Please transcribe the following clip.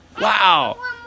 Wow